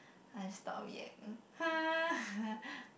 I stop reacting !huh!